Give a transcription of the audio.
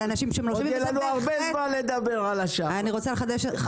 -- זה לגזור גזירה שווה על אנשים ש